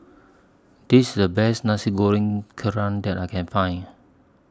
This IS The Best Nasi Goreng Kerang that I Can Find